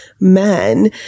men